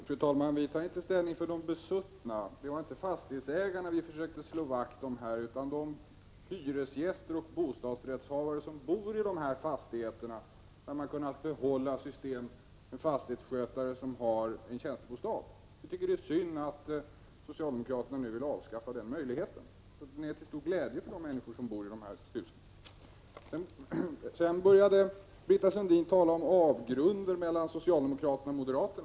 Fru talman! Vi tar inte ställning för de besuttna. Det var inte fastighetsägarna som vi försökte slå vakt om här, utan det var de hyresgäster och de 81 bostadsrättshavare som bor i fastigheter där man har kunnat behålla systemet med en fastighetsskötare som har tjänstebostad. Det är synd att socialdemokraterna nu vill avskaffa den möjligheten, för det system som här nämns är ju till stor glädje för de människor som bor i husen i fråga. Britta Sundin började tala om en avgrund mellan socialdemokrater och moderater.